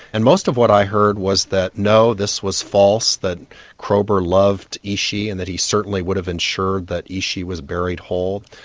and most of what i heard was that no, this was false, that kroeber loved ishi and that he certainly would have ensured that ishi was buried whole.